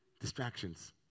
distractions